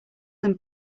them